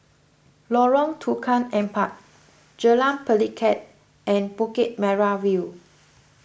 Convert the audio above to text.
Lorong Tukang Empat Jalan Pelikat and Bukit Merah View